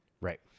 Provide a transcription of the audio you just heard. Right